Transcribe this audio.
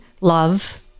love